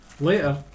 Later